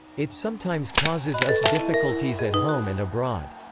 it sometimes causes us difficulties at home and abroad.